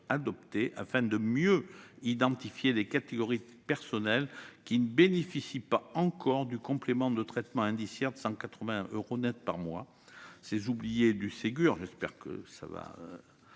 adoptées afin de mieux identifier les catégories de personnels qui ne bénéficient pas encore du complément de traitement indiciaire de 183 euros net par mois. Ces « oubliés du Ségur » subissent de